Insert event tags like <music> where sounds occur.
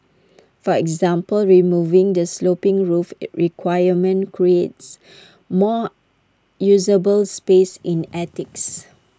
for example removing the sloping roof <unintelligible> requirement creates more usable space in attics